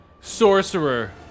Sorcerer